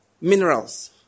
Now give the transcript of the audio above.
minerals